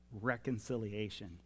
reconciliation